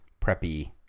preppy